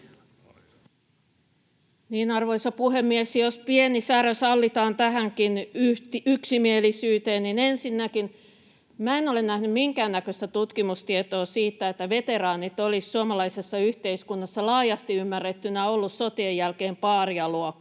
Arvoisa puhemies! Jos pieni särö sallitaan tähänkin yksimielisyyteen, niin ensinnäkään minä en ole nähnyt minkäännäköistä tutkimustietoa siitä, että veteraanit olisivat suomalaisessa yhteiskunnassa laajasti ymmärrettynä olleet sotien jälkeen paarialuokkaa,